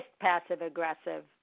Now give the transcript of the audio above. passive-aggressive